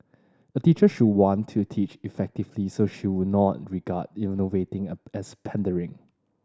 a teacher should want to teach effectively so she would not regard innovating as pandering